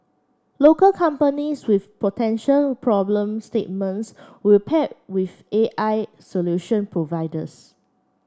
local companies with potential problem statements will pair with AI solution providers